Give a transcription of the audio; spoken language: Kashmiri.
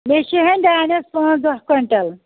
مےٚ چھِ ہیٚنۍ دانَٮ۪س پٲنٛژھ دَہ کۄینٛٹَل